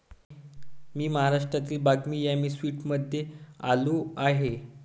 मी महाराष्ट्रातील बागनी यामी स्वीट्समध्ये आलो आहे